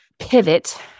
Pivot